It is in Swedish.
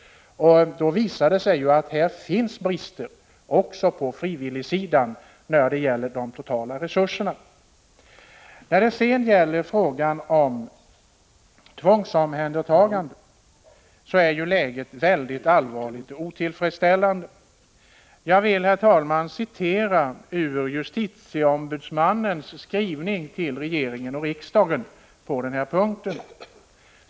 Det har ju visat sig att det finns brister även på frivilligsidan när det gäller de totala resurserna. Vad sedan gäller frågan om tvångsomhändertagandet vill jag framhålla att läget är mycket allvarligt och otillfredsställande. Jag citerar, herr talman, ur justitieombudsmannens skrivning till regering och riksdag på den här punkten.